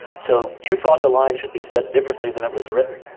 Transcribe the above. so you thought the line should be said differently than it was written.